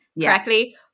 correctly